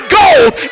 gold